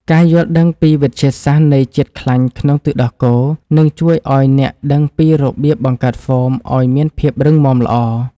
ការយល់ដឹងពីវិទ្យាសាស្ត្រនៃជាតិខ្លាញ់ក្នុងទឹកដោះគោ នឹងជួយឱ្យអ្នកដឹងពីរបៀបបង្កើតហ្វូមឱ្យមានភាពរឹងមាំល្អ។